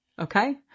okay